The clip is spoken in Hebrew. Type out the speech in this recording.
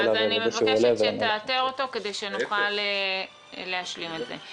אז אני מבקשת שתאתר אותו כדי שנוכל להשלים את זה.